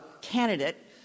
candidate